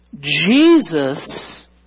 Jesus